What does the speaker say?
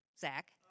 Zach